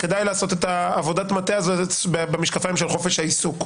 כדאי לעשות את עבודת המטה הזו במשקפיים של חופש העיסוק.